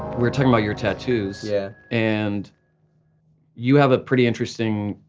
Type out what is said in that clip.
were talking about your tattoos yeah and you have a pretty interesting